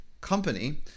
company